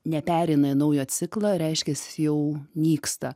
neperina į naują ciklą reiškias jis jau nyksta